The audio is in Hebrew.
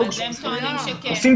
עושים